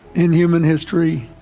in human history?